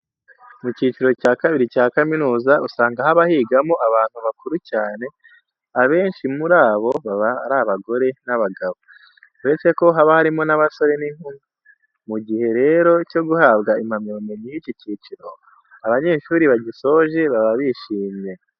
Mu cyiciro cya kabiri cya kaminuza, usanga haba higamo abantu bakuru cyane, abenshi muri bo baba ari abagore n'abagabo. Uretse ko haba harimo n'abasore n'inkumi. Mu gihe rero cyo guhabwa impamyabumenyi y'iki cyiciro, abanyeshuri bagisoje baba bishimye.